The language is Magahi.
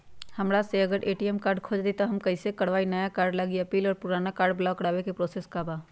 हमरा से अगर ए.टी.एम कार्ड खो जतई तब हम कईसे करवाई नया कार्ड लागी अपील और पुराना कार्ड ब्लॉक करावे के प्रोसेस का बा?